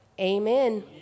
Amen